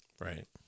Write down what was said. Right